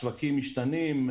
השווקים משתנים,